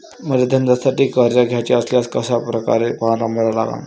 मले धंद्यासाठी कर्ज घ्याचे असल्यास कशा परकारे फारम भरा लागन?